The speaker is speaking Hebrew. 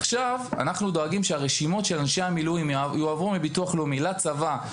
עכשיו אנחנו דואגים שרשימות של אנשי המילואים יעברו מביטוח לאומי לצבא,